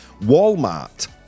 Walmart